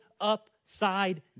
upside